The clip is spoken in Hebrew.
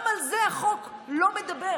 גם על זה החוק לא מדבר.